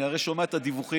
אני הרי שומע את הדיווחים